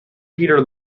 peter